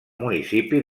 municipi